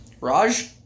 Raj